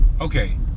Okay